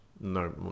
No